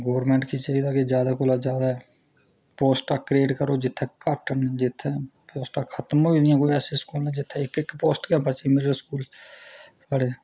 government गी चाहिदा कि जैदा कोला जैदा पोस्टां क्रियेट करो जित्थै खाली न जित्थैं खत्म होई दी नीं जिनें स्कूलें इक इक इक पोस्टां न